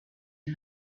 and